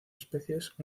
especies